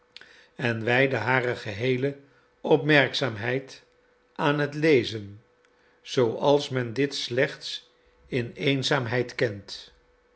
en wijdde hare geheele opmerkzaamheid aan het lezen zooals men dit slechts in de eenzaamheid kent